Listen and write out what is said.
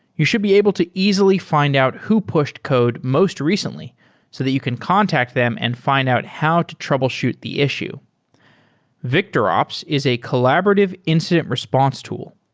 you should be able to easily fi nd out who pushed code most recently so that you can contact them and fi nd out how to troubleshoot the issue victorops is a collaborative incident response tool.